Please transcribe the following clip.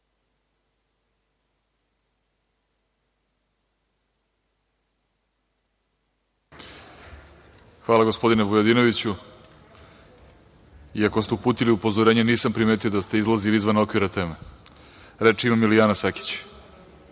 Hvala, gospodine Vujadinoviću. Iako ste uputili upozorenje, nisam primetio da ste izlazili iz okvira teme. Reč ima Milijana Sakić.